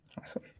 Awesome